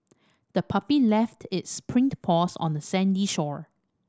the puppy left its print paws on the sandy shore